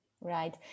Right